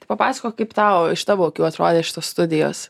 tai papasakok kaip tau iš tavo akių atrodė šitos studijos